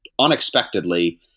unexpectedly